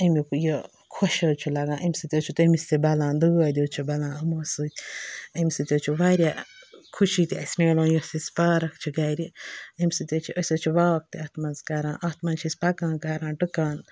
امیُک یہِ خۄش حظ چھِ لگان اَمہِ سۭتۍ حظ چھُ تٔمِس تہِ بَلان دٲدۍ حظ چھِ بَلان یِمو سۭتۍ اَمہِ سۭتۍ حظ چھِ واریاہ خوٚشی تہِ اَسہِ ِمِلان یۄس اَسہِ پارک چھِ گَرِ اَمہِ سۭتۍ حظ چھِ أسۍ حظ چھِ واک تہِ اَتھ منٛز کَران اَتھ منٛز چھِ أسۍ پَکان کَران ٹٕکان